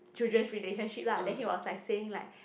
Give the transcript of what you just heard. children's relationship lah then he was like saying like